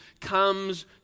comes